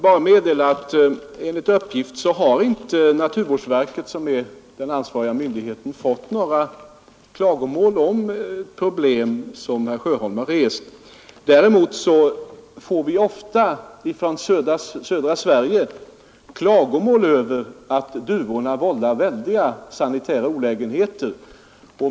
Herr talman! Jag vill bara meddela att naturvårdsverket — den ansvariga myndigheten — enligt uppgift inte har fått några klagomål som gäller de problem som herr Sjöholm har rest. Däremot får vi ofta från södra Sverige klagomål över att duvorna vållar svåra sanitära olägenheter.